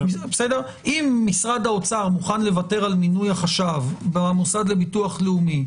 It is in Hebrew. אם משרד האוצר מוכן לוותר על מינוי החשב במוסד לביטוח לאומי,